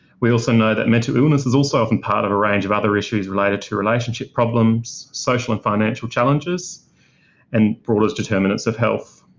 we also know that mental illness is also often part of a range of other issues related to relationship problems, social and financial challenges and broader determinants of health.